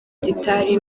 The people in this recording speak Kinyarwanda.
gitari